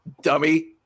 dummy